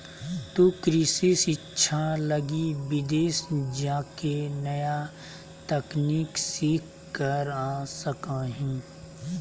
तु कृषि शिक्षा लगी विदेश जाके नया तकनीक सीख कर आ सका हीं